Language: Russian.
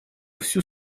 всю